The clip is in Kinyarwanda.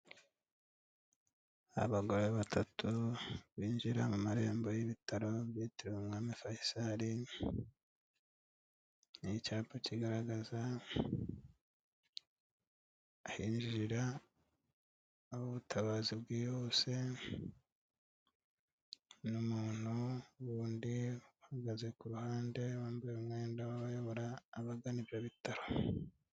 Abagore batatu binjira mu marembo y'ibitaro byitiriwe umwami Faisal, ni icyapa kigaragaza ahinjirira, ubutabazi bwihuse, n'umuntu wundi uhagaze ku ruhande wambaye umwenda w'abayobora abagana ibyo bitaro.